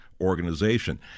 organization